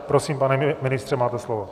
Prosím, pane ministře, máte slovo.